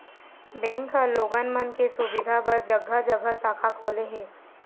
bank ह लोगन मन के सुबिधा बर जघा जघा शाखा खोले हे